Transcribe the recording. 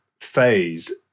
phase